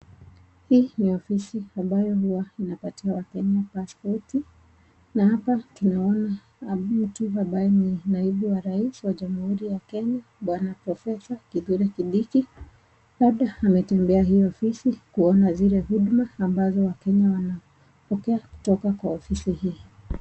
Hii ni ofisi ambayo inapatia wakenya passpoti na hapa tunaona mtu ambaye ni naibu wa rais wa jamhuri ya Kenya, Bwana Professor Kithure Kindiki. Labda ametembea hii ofisi kuona zile huduma ambazo wakenya wanapokea kutoka kwa ofisi hii.